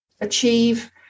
achieve